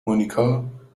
مونیکا